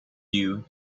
you